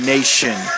Nation